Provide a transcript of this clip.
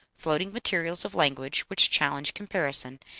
floating materials of language which challenge comparison,